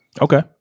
okay